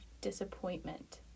disappointment